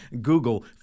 Google